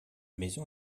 maison